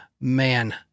man